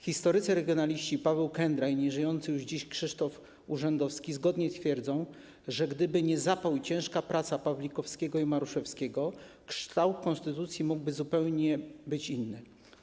Historycy regionaliści Paweł Kędra i nieżyjący już dziś Krzysztof Urzędowski zgodnie twierdzą, że gdyby nie zapał i ciężka praca Pawlikowskiego i Maruszewskiego, kształt konstytucji mógłby zupełnie być inny.